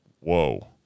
Whoa